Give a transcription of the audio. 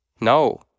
No